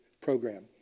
program